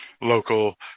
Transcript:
Local